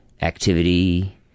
activity